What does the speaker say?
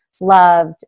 loved